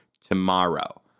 tomorrow